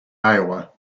iowa